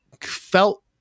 felt